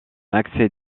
accès